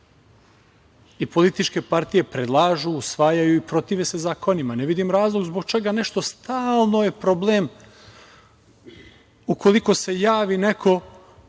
i političke partije predlažu, usvajaju i protive se zakonima. Ne vidim razlog zbog čega je nešto stalno problem ukoliko se javi neko